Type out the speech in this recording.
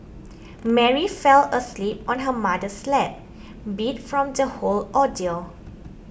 Mary fell asleep on her mother's lap beat from the whole ordeal